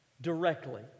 Directly